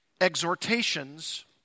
exhortations